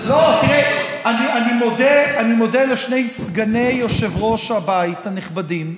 אני מודה לשני סגני יושב-ראש הבית הנכבדים,